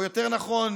או יותר נכון,